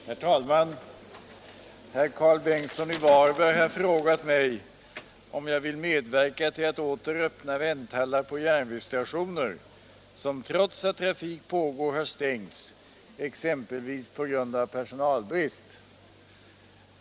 Herr talman! Herr Karl Bengtsson i Varberg har frågat mig om jag vill medverka till att åter öppna vänthallar på järnvägsstationer som — trots att trafik pågår — har stängts, exempelvis på grund av personalbrist.